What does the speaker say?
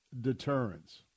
deterrence